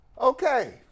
Okay